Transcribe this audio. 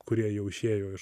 kurie jau išėjo iš